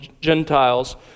Gentiles